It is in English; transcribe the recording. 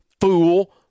fool